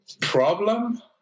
problem